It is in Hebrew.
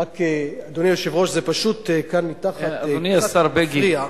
אדוני היושב-ראש, זה פשוט כאן מתחת, קצת מפריע.